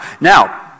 Now